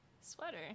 Sweater